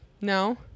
No